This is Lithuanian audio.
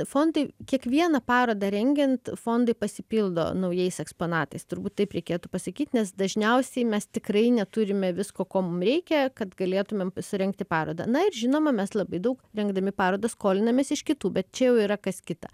fondai kiekvieną parodą rengiant fondai pasipildo naujais eksponatais turbūt taip reikėtų pasakyt nes dažniausiai mes tikrai neturime visko ko mum reikia kad galėtumėm surengti parodą na ir žinoma mes labai daug rengdami parodą skolinamės iš kitų bet čia jau yra kas kita